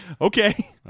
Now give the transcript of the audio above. Okay